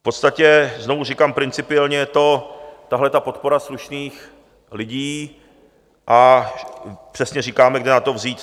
V podstatě znovu říkám, principiálně je tohle podpora slušných lidí a přesně říkáme, kde na to vzít.